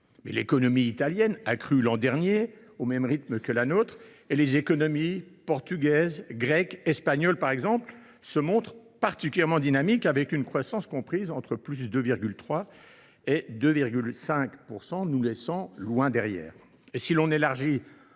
l’économie italienne a crû l’an dernier au même rythme que la nôtre, et les économies portugaise, grecque et espagnole, par exemple, se montrent particulièrement dynamiques, avec une croissance comprise entre 2,3 % et 2,5 %, nous laissant loin derrière elles. Si l’on élargit